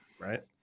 right